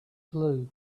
blue